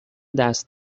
دست